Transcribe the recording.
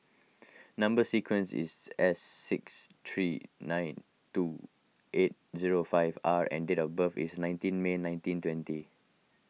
Number Sequence is S six three nine two eight zero five R and date of birth is nineteen May nineteen twenty